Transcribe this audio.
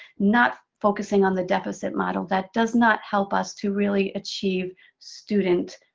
not focusing on the deficit model. that does not help us to really achieve student